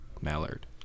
Mallard